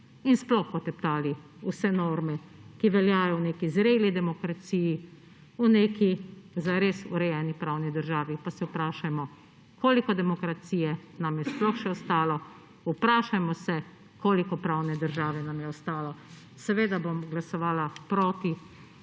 in sploh poteptali vse norme, ki veljajo v neki zreli demokraciji, v neki zares urejeni pravni državi. Pa se vprašajmo, koliko demokracije nam je sploh še ostalo, vprašajmo se, koliko pravne države nam je ostalo. Seveda bom glasovala proti